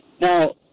Now